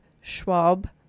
Schwab